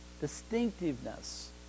distinctiveness